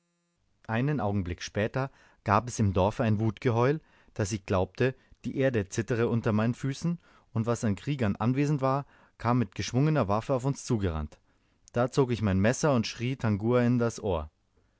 einen augenblick später gab es im dorfe ein wutgeheul daß ich glaubte die erde zittere unter meinen füßen und was an kriegern anwesend war kam mit geschwungener waffe auf uns zugerannt da zog ich mein messer und schrie tangua in das ohr